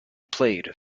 played